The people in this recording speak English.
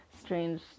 strange